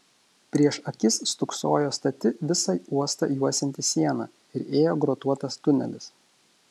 prieš akis stūksojo stati visą uostą juosianti siena ir ėjo grotuotas tunelis